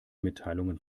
mitteilungen